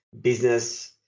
business